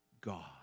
God